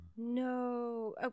No